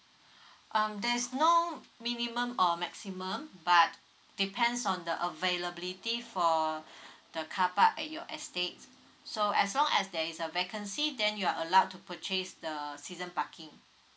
um there's no minimum or maximum but depends on the availability for the carpark at your estate so as long as there is a vacancy then you're allowed to purchase the season parking